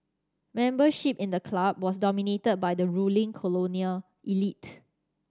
membership in the club was dominated by the ruling colonial elite